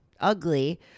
ugly